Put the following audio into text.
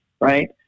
right